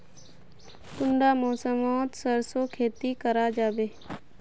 कुंडा मौसम मोत सरसों खेती करा जाबे?